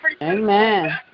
Amen